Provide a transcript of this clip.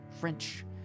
French